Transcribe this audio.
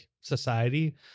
society